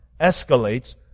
escalates